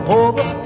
over